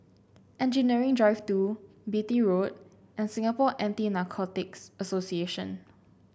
Engineering Drive Two Beatty Road and Singapore Anti Narcotics Association